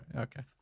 okay